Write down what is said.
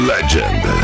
Legend